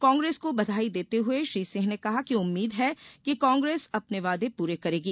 कांग्रेस को बधाई देते हए श्री सिंह ने कहा कि उम्मीद है कि कांग्रेस अपने वादे पूरे करेगी